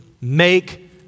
make